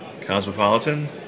Cosmopolitan